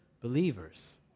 believers